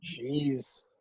Jeez